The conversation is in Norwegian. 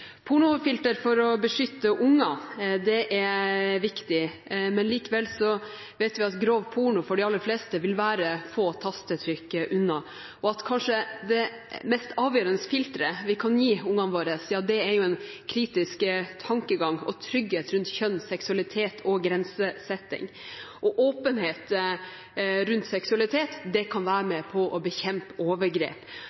Pornofilter for å beskytte unger er viktig, men vi vet at grov porno for de aller fleste vil være få tastetrykk unna, og at det kanskje mest avgjørende filteret vi kan gi ungene våre, er en kritisk tankegang og trygghet rundt kjønn, seksualitet og grensesetting. Åpenhet rundt seksualitet kan være